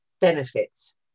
benefits